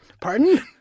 Pardon